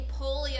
polio